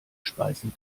speisen